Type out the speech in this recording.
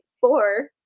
four